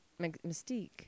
Mystique